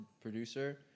producer